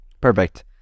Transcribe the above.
Perfect